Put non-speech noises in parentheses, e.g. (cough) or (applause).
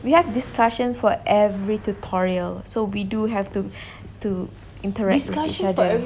we have discussions for every tutorial so we do have to (breath) to interact with each other